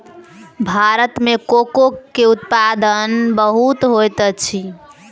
भारत में कोको के उत्पादन बहुत होइत अछि